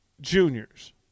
juniors